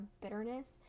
bitterness